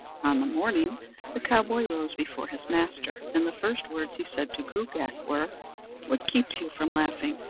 on the morning the cowboy rose before his master, and the first words he said to gruagach were what keeps you from laughing,